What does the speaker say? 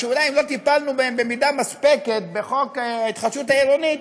אולי אם לא טיפלנו בהן במידה מספקת בחוק ההתחדשות העירונית,